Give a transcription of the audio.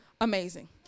amazing